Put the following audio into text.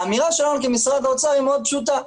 האמירה שלנו כמשרד האוצר מאוד פשוטה,